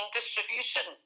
distribution